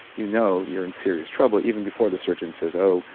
you know you are in serious trouble even before the surgeon says, oh,